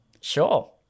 sure